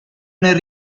nel